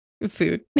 Food